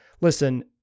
Listen